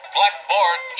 Blackboard